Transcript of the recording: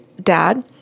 Dad